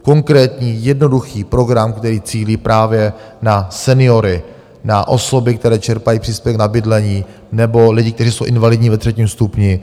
Konkrétní, jednoduchý program, kde ji cílí právě na seniory, na osoby, které čerpají příspěvek na bydlení nebo lidi, kteří jsou invalidní ve třetím stupni.